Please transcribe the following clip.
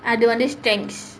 I don't want these strengths